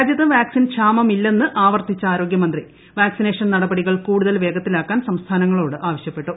രാജ്യത്ത് വാക്സിൻ ക്ഷാമമില്ലെന്ന് ആവർത്തിച്ച ആരോശ്യമന്ത്രി വാക്സിനേഷൻ നടപടികൾ കൂടുതൽ വേഗത്തില്ലാക്കാൻ സംസ്ഥാനങ്ങളോട് ആവശ്യപ്പെട്ടു